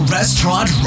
Restaurant